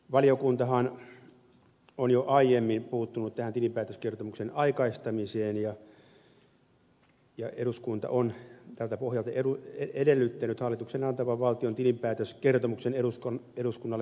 valiokuntahan on jo aiemmin puuttunut tähän tilinpäätöskertomuksen aikaistamiseen ja eduskunta on tältä pohjalta edellyttänyt hallituksen antavan valtion tilinpäätöskertomuksen eduskunnalle huhtikuun loppuun mennessä